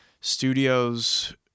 studios